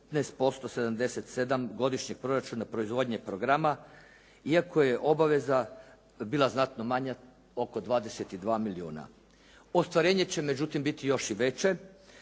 77 godišnjeg proračuna proizvodnje programa iako je obaveza bila znatno manja, oko 22 milijuna. Ostvarenje će međutim biti još i veće